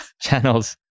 channels